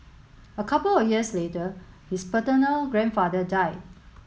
a couple of years later his paternal grandfather died